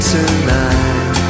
Tonight